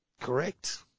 correct